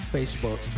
Facebook